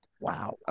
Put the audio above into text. Wow